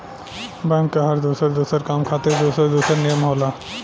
bank के हर दुसर दुसर काम खातिर दुसर दुसर नियम होला